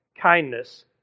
kindness